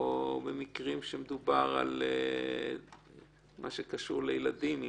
או במקרים שמדובר על מה שקשור לילדים,